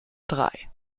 drei